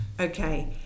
Okay